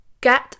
get